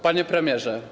Panie Premierze!